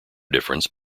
difference